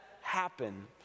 happen